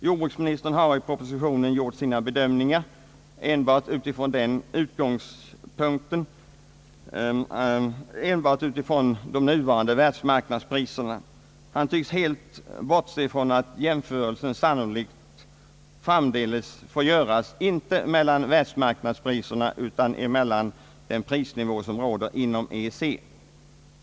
Jordbruksministern har i propositionen gjort sina bedömningar enbart utifrån de nuvarande världsmarknadspriserna. Han tycks helt bortse ifrån att jämförelsen sannolikt framdeles får göras inte med världsmarknadspriserna, utan med den prisnivå som råder inom EEC.